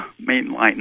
mainline